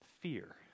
fear